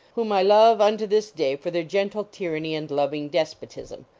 whom i love unto this day for their gentle tyranny and loving despotism.